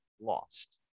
lost